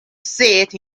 seat